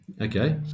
Okay